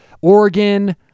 Oregon